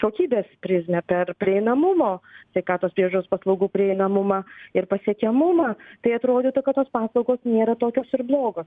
kokybės prizmę per prieinamumo sveikatos priežiūros paslaugų prieinamumą ir pasiekiamumą tai atrodytų kad tos paslaugos nėra tokios ir blogos